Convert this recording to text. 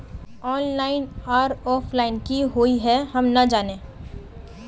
Online आर offline की हुई है हम ना जाने?